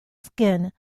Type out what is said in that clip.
skin